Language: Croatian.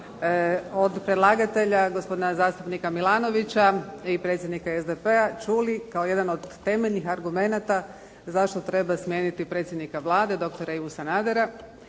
od predlagatelja gospodina zastupnika Milanovića i predsjednika SDP-a čuli kao jedan od temeljnih argumenata zašto treba smijeniti predsjednika Vlade doktora Ivu Sanadera